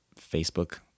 Facebook